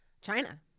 China